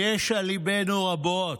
יש על ליבנו רבות,